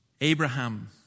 Abraham